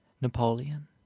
Napoleon